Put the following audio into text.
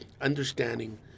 understanding